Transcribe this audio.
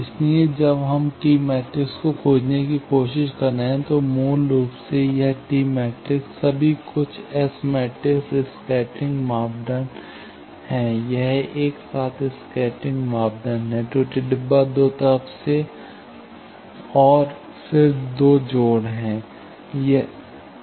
इसलिए जब हम टी मैट्रिक्स को खोजने की कोशिश कर रहे हैं तो मूल रूप से यह टी मैट्रिक्स सभी कुछ एस मैट्रिक्स स्कैटरिंग मापदंड है यह एक साथ स्कैटरिंग मापदंड है त्रुटि डब्बा दो तरफ और फिर दो जोड़ है